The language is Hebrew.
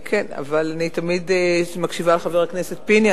אבל, אני תמיד מקשיבה לחבר הכנסת פיניאן.